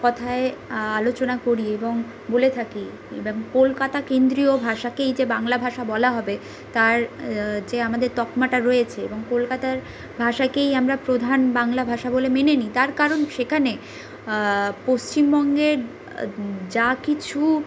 কথায় আলোচনা করি এবং বলে থাকি এইভাবে কলকাতা কেন্দ্রীয় ভাষাকেই যে বাংলা ভাষা বলা হবে তার যে আমাদের তকমাটা রয়েছে এবং কলকাতার ভাষাকেই আমরা প্রধান বাংলা ভাষা বলে মেনে নিই তার কারণ সেকানে পশ্চিমবঙ্গের যা কিছু